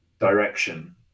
direction